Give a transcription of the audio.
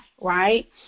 right